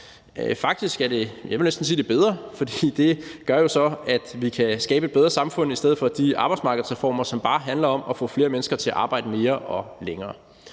at det er bedre, for det gør jo så, at vi kan skabe et bedre samfund i stedet for at lave de arbejdsmarkedsreformer, som bare handler om at få flere mennesker til at arbejde mere og længere.